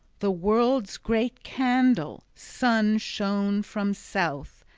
the world's great candle, sun shone from south.